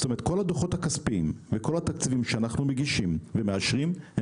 זאת אומרת כל הדוחות הכספיים וכל התקציבים שאנחנו מגישים ומאשרים,